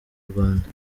rwanda